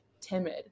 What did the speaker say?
timid